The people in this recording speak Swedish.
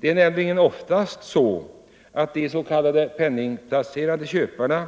Det är nämligen oftast så att de s.k. penningplacerande köparna